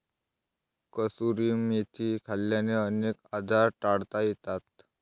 कसुरी मेथी खाल्ल्याने अनेक आजार टाळता येतात